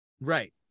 right